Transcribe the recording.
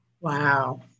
Wow